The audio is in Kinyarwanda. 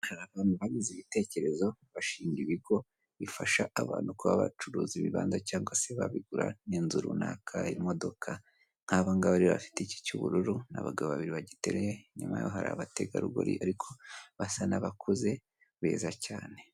Hari abantu bagize igitekerezo bashinga ibigo bifasha abantu kuba bacuruza ibibanza cyangwa se babigura nk'inzu runaka, imodoka, nkaba ngaba rero bafite iki cy'ubururu ni abagabo babiri bagiteruye, inyuma yabo hari abategarugori ariko basa n'abakuze beza cyane.